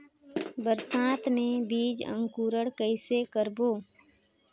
बरसात मे बीजा अंकुरण कइसे करबो?